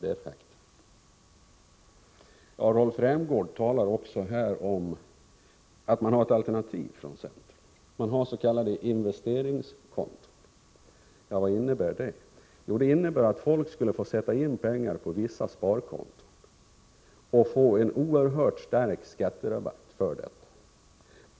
Det är fakta. Rolf Rämgård talar också om att centern har ett alternativ. Man har s.k. investeringskonton. Vad innebär de? Jo, att folk skulle få sätta in pengar på vissa konton och få en oerhört stark skatterabatt för detta.